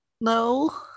No